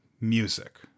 music